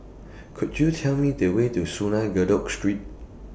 Could YOU Tell Me The Way to Kadut Street